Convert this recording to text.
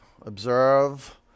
Observe